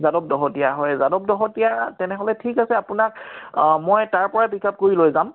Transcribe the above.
যাদৱ দহোটীয়া হয় যাদৱ দহোটীয়া তেনেহ'লে ঠিক আছে আপোনাক মই তাৰ পৰাই পিক আপ কৰি লৈ যাম